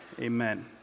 amen